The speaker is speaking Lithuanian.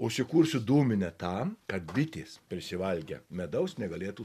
užsikursiu dūminę tam kad bitės prisivalgę medaus negalėtų